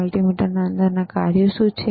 મલ્ટિમીટરની અંદરના કાર્યો શું છે